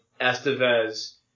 Estevez